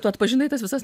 tu atpažinai tas visas